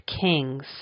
kings